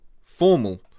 Formal